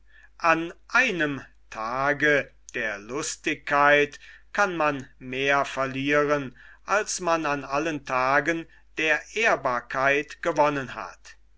an einem tage der lustigkeit kann man mehr verlieren als man an allen tagen der ehrbarkeit gewonnen hat